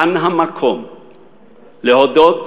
כאן המקום להודות,